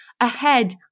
ahead